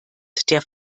der